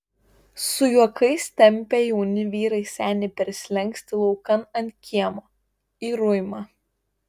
su juokais tempia jauni vyrai senį per slenkstį laukan ant kiemo į ruimą